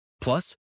Plus